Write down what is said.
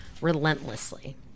relentlessly